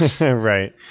Right